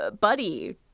buddy